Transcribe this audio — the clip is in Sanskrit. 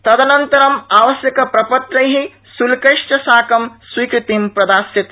तदनन्तरं आवश्यक प्रपत्रै श्ल्कैश्च साकं स्वीकृति प्रदास्यते